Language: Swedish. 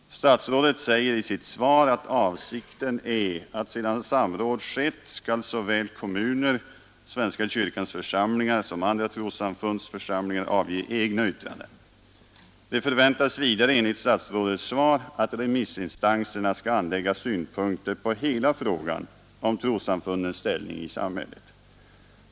Statsrådet säger i sitt svar att avsikten är att sedan samråd skett såväl kommuner, svenska kyrkans församlingar som andra trossamfunds församlingar skall avge egna yttranden. Det förväntas vidare enligt statsrådets svar att remissinstanserna skall anlägga synpunkter på hela frågan om trossamfundens ställning i samhället.